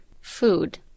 food